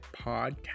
podcast